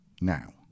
now